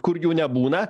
kur jų nebūna